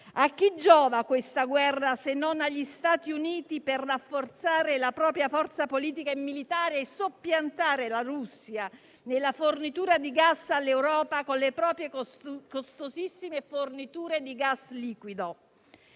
A chi giova questa guerra, se non agli Stati Uniti per rafforzare la propria forza politica e militare e soppiantare la Russia nella fornitura di gas all'Europa con le proprie costosissime forniture di gas liquido?